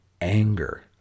Anger